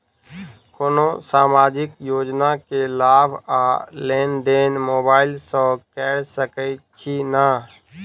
कोनो सामाजिक योजना केँ लाभ आ लेनदेन मोबाइल सँ कैर सकै छिःना?